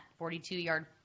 42-yard